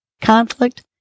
conflict